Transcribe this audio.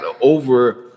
over